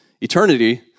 eternity